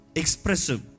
expressive